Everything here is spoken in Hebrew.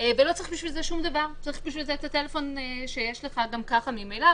אבל לפחות לאותן אוכלוסיות כמו אזרחים מבוגרים ממש